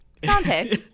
Dante